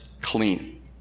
clean